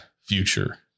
future